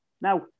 Now